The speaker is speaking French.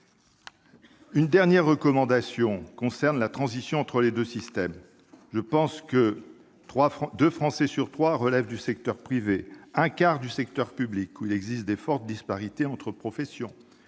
Une dernière recommandation concerne la transition entre les deux systèmes. Deux Français sur trois relèvent du secteur privé et un quart du secteur public, où il existe de fortes disparités entre professions